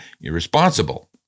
irresponsible